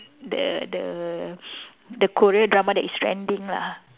the the the Korea drama that is trending lah